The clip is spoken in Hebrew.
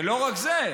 ולא רק זה,